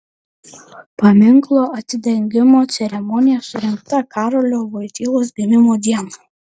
paminklo atidengimo ceremonija surengta karolio voitylos gimimo dieną